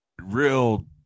real